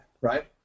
right